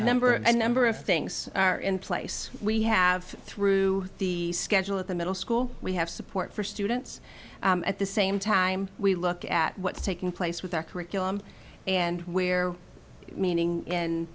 number of a number of things are in place we have through the schedule at the middle school we have support for students at the same time we look at what's taking place with our curriculum and where meaning in